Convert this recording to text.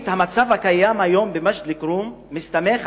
המצב הקיים היום במג'ד-אל-כרום מסתמך